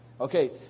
Okay